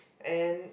and